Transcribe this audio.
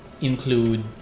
include